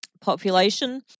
population